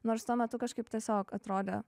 nors tuo metu kažkaip tiesiog atrodė